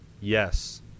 yes